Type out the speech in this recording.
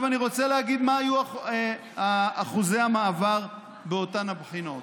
אני רוצה להגיד מה היו אחוזי המעבר באותן הבחינות.